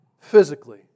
physically